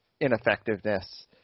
ineffectiveness